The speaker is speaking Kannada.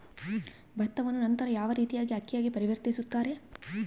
ಭತ್ತವನ್ನ ನಂತರ ಯಾವ ರೇತಿಯಾಗಿ ಅಕ್ಕಿಯಾಗಿ ಪರಿವರ್ತಿಸುತ್ತಾರೆ?